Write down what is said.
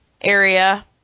area